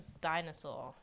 dinosaur